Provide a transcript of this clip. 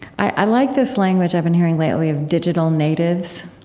i like this language i've been hearing lately of digital natives,